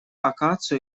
акацию